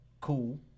cool